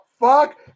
Fuck